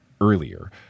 earlier